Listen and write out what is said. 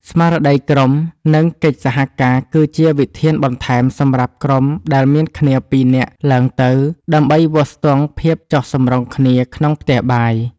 ស្មារតីក្រុម និងកិច្ចសហការ គឺជាវិធានបន្ថែមសម្រាប់ក្រុមដែលមានគ្នាពីរនាក់ឡើងទៅ ដើម្បីវាស់ស្ទង់ភាពចុះសម្រុងគ្នាក្នុងផ្ទះបាយ។